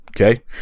Okay